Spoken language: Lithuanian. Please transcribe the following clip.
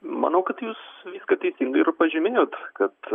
manau kad jūs viską teisingai ir pažymėjot kad